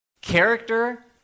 Character